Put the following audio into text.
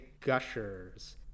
gushers